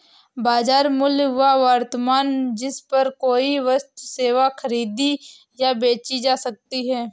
बाजार मूल्य वह वर्तमान जिस पर कोई वस्तु सेवा खरीदी या बेची जा सकती है